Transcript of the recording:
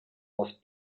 was